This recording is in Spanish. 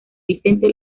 vicente